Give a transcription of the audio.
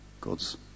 God's